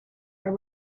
her